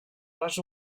les